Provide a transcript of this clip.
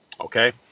okay